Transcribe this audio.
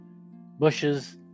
Bushes